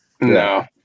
no